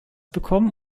bekommen